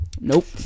nope